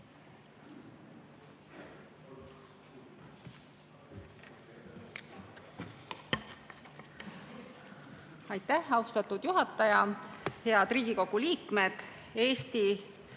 Aitäh, austatud juhataja! Head Riigikogu liikmed! Eesti